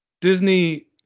Disney